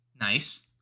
nice